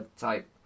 type